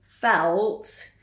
felt